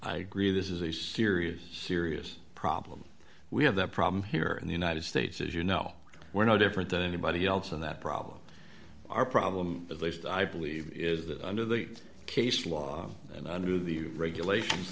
i agree this is a serious serious problem we have the problem here in the united states as you know we're no different than anybody else and that problem our problem at least i believe is that under the case law and under the new regulations